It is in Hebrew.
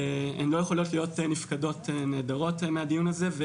הן לא יכולות נפקדות, נעדרות מהדיון הזה.